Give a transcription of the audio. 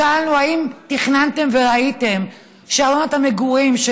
שאלנו אם תכננתם וראיתם שארנונת המגורים של